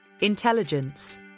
intelligence